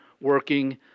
working